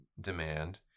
demand